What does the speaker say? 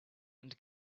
and